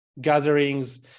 gatherings